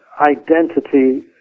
identity